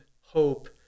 hope